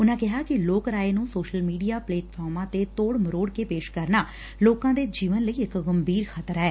ਉਨੂਾ ਕਿਹਾ ਕਿ ਲੋਕ ਰਾਏ ਨੂੰ ਸੋਸ਼ਲ ਮੀਡੀਆ ਪਲੈਟਫਾਰਮਾ ਤੇ ਤੋੜ ਮੋਰੜ ਕੇ ਪੇਸ਼ ਕਰਨਾ ਲਕਾਂ ਦੇ ਜੀਵਨ ਲਈ ਇਕ ਗੰਭੀਰ ਖ਼ਤਰਾ ਏ